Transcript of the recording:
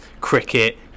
cricket